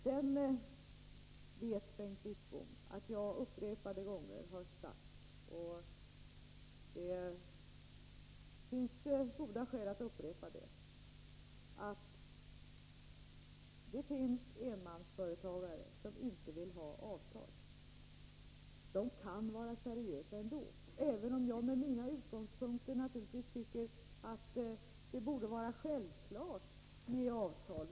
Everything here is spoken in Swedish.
Bengt Wittbom vet att jag upprepade gånger har förklarat — det finns goda skäl att upprepa det — att det existerar enmansföretagare som inte vill ha avtal. De kan vara seriösa ändå, även om jag från mina utgångspunkter naturligtvis tycker att det borde vara självklart med avtal.